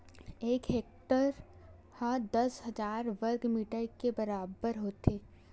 एक हेक्टेअर हा दस हजार वर्ग मीटर के बराबर होथे